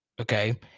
Okay